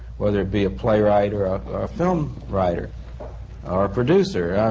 whether it be a playwright or a film writer or a producer,